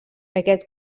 aquest